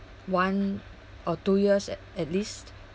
one or two years at at least